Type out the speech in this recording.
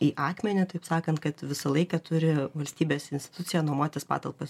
į akmenį taip sakant kad visą laiką turi valstybės institucija nuomotis patalpas